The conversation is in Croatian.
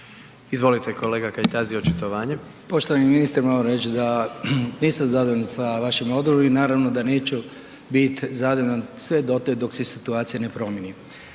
Veljko (Nezavisni)** Poštovani ministre, mogu reći da nisam zadovoljan sa vašim odgovorom i naravno da neću biti zadovoljan sve dotle dok se situacija ne promijeni